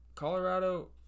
Colorado